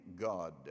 God